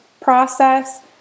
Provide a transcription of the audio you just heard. process